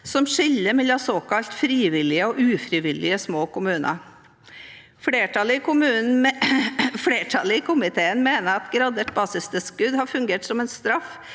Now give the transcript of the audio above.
som skiller mellom såkalt frivillige og ufrivillige små kommuner. Flertallet i komiteen mener at gradert basistilskudd har fungert som en straff,